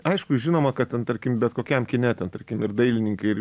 aišku žinoma kad ten tarkim bet kokiam kine ten tarkim ir dailininkai ir